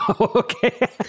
Okay